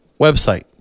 website